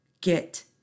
get